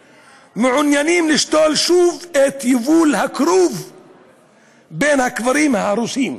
מעוניינים לשתול שוב את יבול הכרוב בין הקברים ההרוסים,